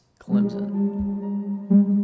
clemson